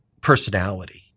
personality